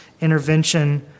intervention